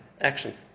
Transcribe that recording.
actions